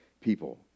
people